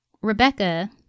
rebecca